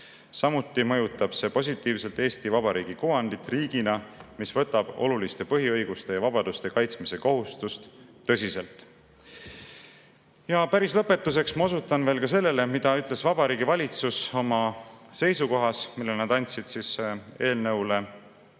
Samuti mõjutab see positiivselt Eesti Vabariigi kuvandit riigina, mis võtab oluliste põhiõiguste ja vabaduste kaitsmise kohustust tõsiselt. Päris lõpetuseks osutan ka sellele, mida ütles Vabariigi Valitsus oma seisukohas, mille nad andsid eelnõu